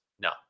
No